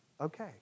Okay